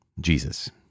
Jesus